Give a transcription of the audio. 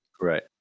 Right